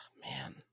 man